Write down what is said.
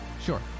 Sure